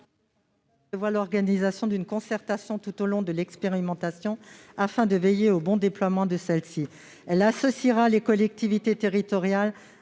l'organisation d'une concertation tout au long de l'expérimentation afin de veiller au bon déploiement de celle-ci. Elle associera les collectivités territoriales